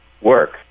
work